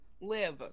Live